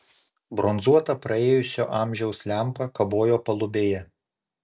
bronzuota praėjusio amžiaus lempa kabojo palubėje